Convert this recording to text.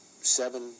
seven